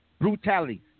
brutality